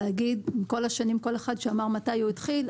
להגיד עם כל השנים שבהן כל אחד אמר מתי הוא התחיל,